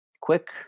quick